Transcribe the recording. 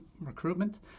recruitment